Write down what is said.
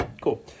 Cool